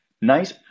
nice